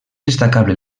destacable